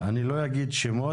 אני לא אגיד שמות,